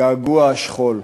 געגוע השכול.